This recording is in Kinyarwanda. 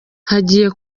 hagiye